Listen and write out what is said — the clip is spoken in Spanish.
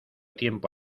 tiempo